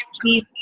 please